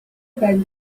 ben